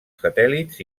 satèl·lits